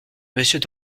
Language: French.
monsieur